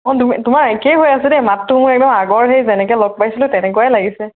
অঁ তুমি তোমাৰ একেই হৈ আছে দেই মাতটো মোৰ একদম আগৰ সেই যেনেকে লগ পাইছিলোঁ তেনেকুৱাই লাগিছে